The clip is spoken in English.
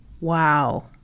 Wow